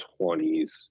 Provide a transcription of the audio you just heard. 20s